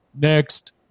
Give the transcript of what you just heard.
Next